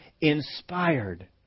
inspired